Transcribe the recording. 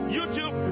YouTube